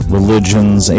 Religions